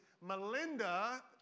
Melinda